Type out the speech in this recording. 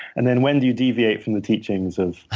and then when do you deviate from the teachings of